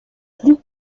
plus